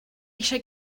eisiau